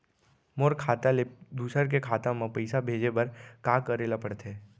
मोर खाता ले दूसर के खाता म पइसा भेजे बर का करेल पढ़थे?